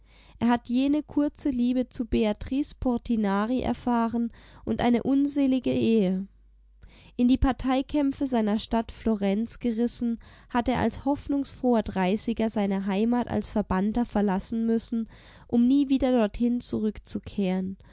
er hat jene kurze liebe zu beatrice portinari erfahren und eine unselige ehe in die parteikämpfe seiner stadt florenz gerissen hat er als hoffnungsfroher dreißiger seine heimat als verbannter verlassen müssen um nie wieder dorthin zurückzukehren